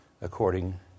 according